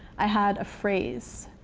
i had a phrase.